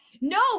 No